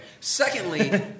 Secondly